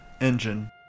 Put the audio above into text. Engine